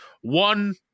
one